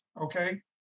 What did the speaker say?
okay